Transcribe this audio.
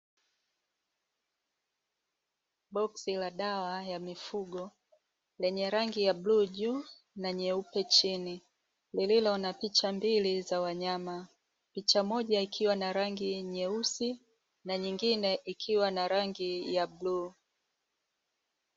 Boxi la dawa ya mifugo lenye rangi ya bluu juu na nyeupe chini, lililo na picha mbili za wanyama, picha moja ikiwa na rangi nyeusi na nyingine ikiwa na rangi ya bluu.